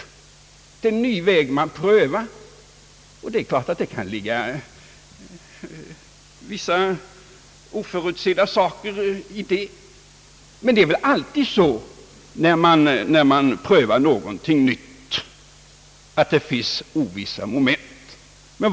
Det är en ny väg man prövar och det kan givetvis innebära vissa oförutsedda ting. Men det är väl alltid så när man prövar något nytt, att det finns ovissa moment.